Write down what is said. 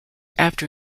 after